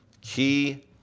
key